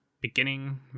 beginning